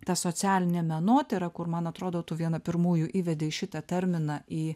tą socialinę menotyrą kur man atrodo tu viena pirmųjų įvedei šitą terminą į